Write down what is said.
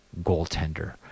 goaltender